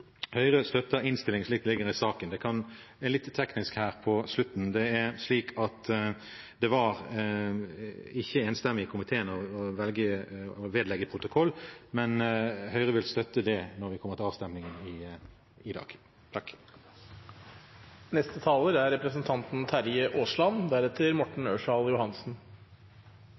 støtter innstillingen, slik den foreligger i saken. For å bli litt teknisk her på slutten: Det var ikke enstemmig i komiteen å la saken bli vedlagt protokollen, men Høyre vil støtte det når det kommer til avstemning i dag. I dag